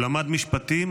הוא למד משפטים,